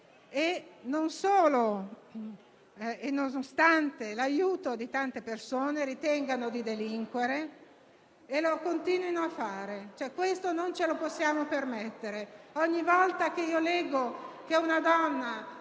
un titolo e che, nonostante l'aiuto di tante persone, ritengano di delinquere e lo continuino a fare. Questo non ce lo possiamo permettere. Ogni volta che leggo che una donna